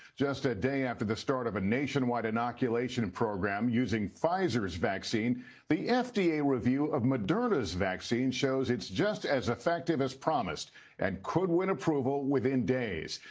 just a day after the start of a nationwide inoculation and program using pfizer's vaccine the fda review of moderna's vaccine shows it's just as effective as promised and could win approval within days.